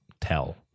tell